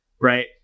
right